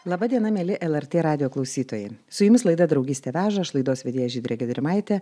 laba diena mieli lrt radijo klausytojai su jumis laida draugystė veža aš laidos vedėja žydrė gedrimaitė